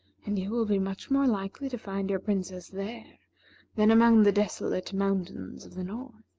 and you will be much more likely to find your princess there than among the desolate mountains of the north.